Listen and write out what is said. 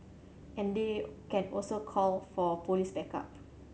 and they can also call for police backup